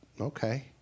okay